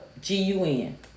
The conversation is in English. G-U-N